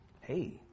hey